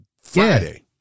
Friday